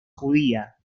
judía